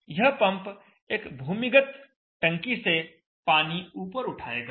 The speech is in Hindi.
यह पंप एक भूमिगत टंकी से पानी ऊपर उठाएगा